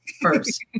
first